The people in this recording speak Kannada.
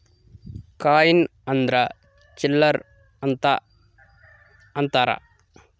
ಕಾಯಿನ್ ಅಂದ್ರ ಚಿಲ್ಲರ್ ಅಂತ ಅಂತಾರ